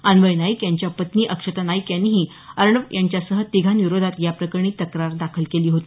अन्वय नाईक यांच्या पत्नी अक्षता नाईक यांनीही अर्णब यांच्यासह तिघांविरोधात या प्रकरणी तक्रार दाखल केली होती